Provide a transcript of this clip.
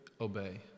obey